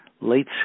late